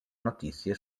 notizie